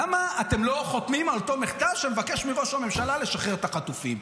למה אתם לא חותמים על אותו מכתב שמבקש מראש הממשלה לשחרר את החטופים?